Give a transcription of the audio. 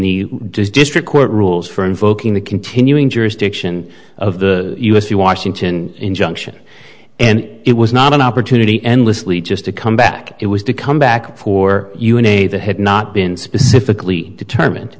the district court rules for invoking the continuing jurisdiction of the u s c washington injunction and it was not an opportunity endlessly just to come back it was to come back for you in a that had not been specifically determined